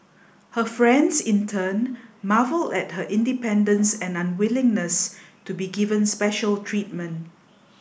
her friends in turn marvelled at her independence and unwillingness to be given special treatment